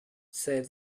said